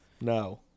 no